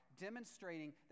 demonstrating